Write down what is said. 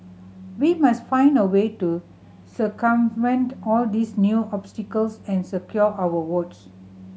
we must find a way to circumvent all these new obstacles and secure our votes